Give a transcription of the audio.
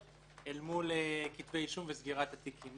אל מול כתבי אישום וסגירת התיקים.